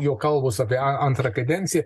jo kalbos apie antrą kadenciją